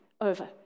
over